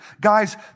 Guys